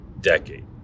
decade